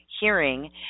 hearing